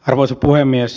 arvoisa puhemies